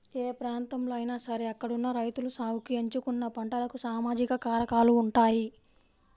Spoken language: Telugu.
ఏ ప్రాంతంలో అయినా సరే అక్కడున్న రైతులు సాగుకి ఎంచుకున్న పంటలకు సామాజిక కారకాలు ఉంటాయి